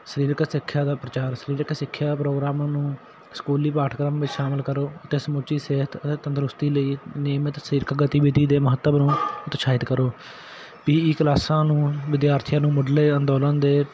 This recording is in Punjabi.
ਸਰੀਰਕ ਸਿੱਖਿਆ ਦਾ ਪ੍ਰਚਾਰ ਸਰੀਰਕ ਸਿੱਖਿਆ ਪ੍ਰੋਗਰਾਮਾਂ ਨੂੰ ਸਕੂਲੀ ਪਾਠਕ੍ਰਮ ਵਿੱਚ ਸ਼ਾਮਿਲ ਕਰੋ ਅਤੇ ਸਮੁੱਚੀ ਸਿਹਤ ਅਤੇ ਤੰਦਰੁਸਤੀ ਲਈ ਨਿਯਮਿਤ ਸਰੀਰਕ ਗਤੀਵਿਧੀ ਦੇ ਮਹੱਤਵ ਨੂੰ ਉਤਸ਼ਾਹਿਤ ਕਰੋ ਵੀ ਇਹ ਕਲਾਸਾਂ ਨੂੰ ਵਿਦਿਆਰਥੀਆਂ ਨੂੰ ਮੁੱਢਲੇ ਅੰਦੋਲਨ ਦੇ